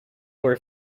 were